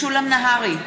משולם נהרי,